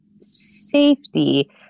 safety